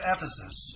Ephesus